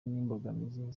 n’imbogamizi